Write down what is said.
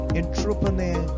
entrepreneur